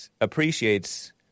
appreciates